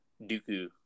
dooku